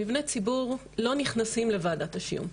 מבני ציבור לא נכנסים לוועדת השם,